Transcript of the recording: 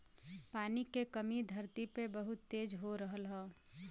पानी के कमी धरती पे बहुत तेज हो रहल हौ